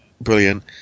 brilliant